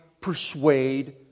persuade